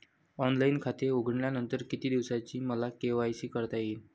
Online खाते उघडल्यानंतर किती दिवसांनी मला के.वाय.सी करता येईल?